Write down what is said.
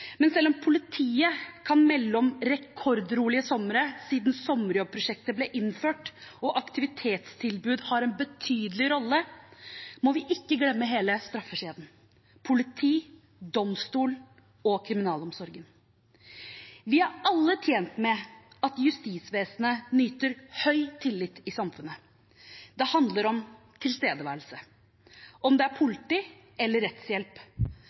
Men selv om politiet kan melde om rekordrolige somre siden sommerjobbprosjektet ble innført, og fordi aktivitetstilbud har en betydelig rolle, må vi ikke glemme hele straffekjeden: politi, domstol og kriminalomsorgen. Vi er alle tjent med at justisvesenet nyter høy tillit i samfunnet. Det handler om tilstedeværelse, om det er politi eller rettshjelp,